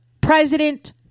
President